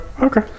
Okay